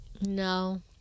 No